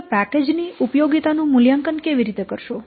તમે પેકેજ ની ઉપયોગીતા નું મૂલ્યાંકન કેવી રીતે કરશો